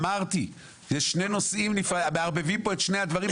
אמרתי, מערבבים פה את שני הדברים.